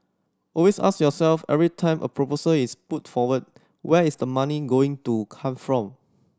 always ask yourself every time a proposal is put forward where is the money going to come from